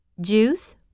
juice